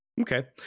Okay